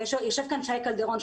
יושב כאן שי קלדרון,